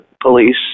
police